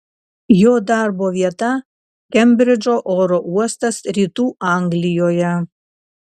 jo darbo vieta kembridžo oro uostas rytų anglijoje